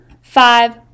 five